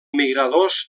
migradors